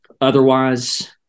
Otherwise